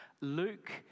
Luke